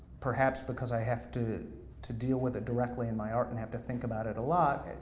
perhaps because i have to to deal with it directly in my art, and have to think about it a lot,